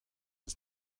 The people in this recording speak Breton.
eus